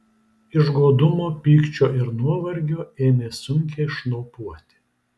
iš godumo pykčio ir nuovargio ėmė sunkiai šnopuoti